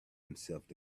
himself